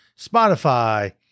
Spotify